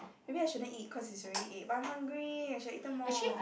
maybe I shouldn't eat cause it's already eight but I'm hungry I should have eaten more